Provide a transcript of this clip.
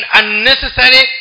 unnecessary